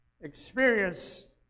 experience